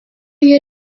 you